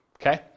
Okay